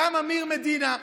קם אמיר מדינה,